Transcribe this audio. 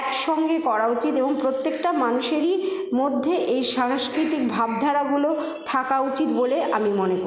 একসঙ্গে করা উচিত এবং প্রত্যেকটা মানুষের মধ্যেই এই সাংস্কৃতিক ভাবধারাগুলো থাকা উচিত বলে আমি মনে করি